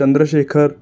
Chandrashekhar